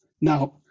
Now